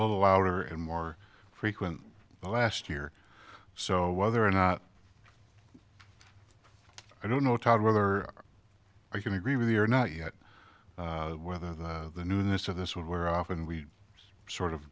little louder and more frequent last year so whether or not i don't know todd whether i can agree with the or not yet whether the newness of this would wear off and we just sort of